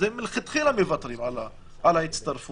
הם מלכתחילה מוותרים על ההצטרפות.